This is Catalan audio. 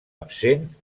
absent